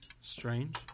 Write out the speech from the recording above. Strange